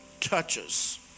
touches